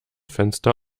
fenster